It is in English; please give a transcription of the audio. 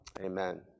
Amen